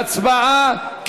אנחנו עוברים להצבעה,